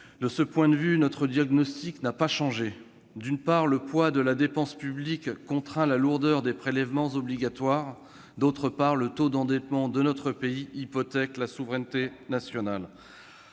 De ce point de vue, notre diagnostic n'a pas changé. D'une part, le poids de la dépense publique contraint la lourdeur des prélèvements obligatoires ; d'autre part, le taux d'endettement de notre pays hypothèque la souveraineté nationale.